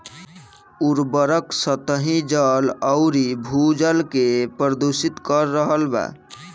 उर्वरक सतही जल अउरी भू जल के प्रदूषित कर रहल बा